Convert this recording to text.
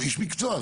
איש מקצועי.